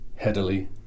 Headily